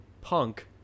punk